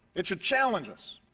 it should challenge us.